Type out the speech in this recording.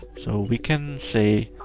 so, we can say,